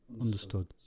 Understood